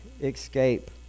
escape